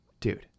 dude